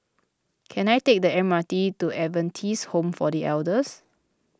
can I take the M R T to Adventist Home for the Elders